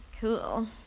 cool